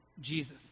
Jesus